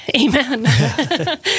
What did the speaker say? amen